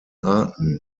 arten